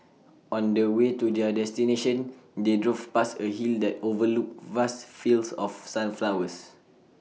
on the way to their destination they drove past A hill that overlooked vast fields of sunflowers